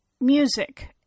music